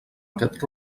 aquest